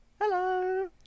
Hello